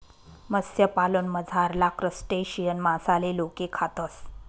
मत्स्यपालनमझारला क्रस्टेशियन मासाले लोके खातस